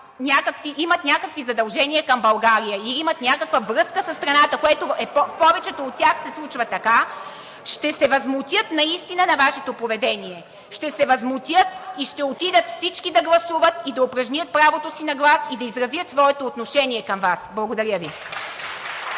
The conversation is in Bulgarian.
имат някакви задължения към България, които имат някаква връзка със страната, а при повечето от тях се случва така, ще се възмутят наистина на Вашето поведение. Ще се възмутят и всички ще отидат да гласуват, да упражнят правото си на глас и да изразят отношението си към Вас. Благодаря Ви.